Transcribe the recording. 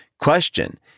question